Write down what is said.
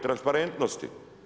Transparentnosti?